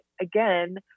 again